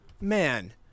Man